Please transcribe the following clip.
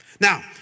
Now